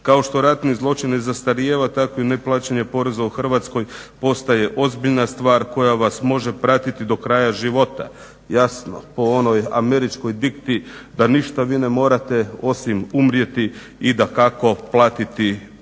Kao što ratni zločin ne zastarijeva tako i neplaćanje poreza u Hrvatskoj postaje ozbiljna stvar koja vas može pratiti do kraja života. Jasno, po onoj američkoj dikti da ništa vi ne morate osim umrijeti i dakako platiti porez.